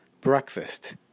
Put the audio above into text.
breakfast